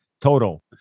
total